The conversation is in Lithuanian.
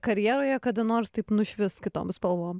karjeroje kada nors taip nušvis kitom spalvom